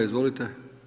Izvolite.